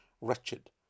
wretched